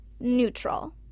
Neutral